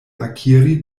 akiri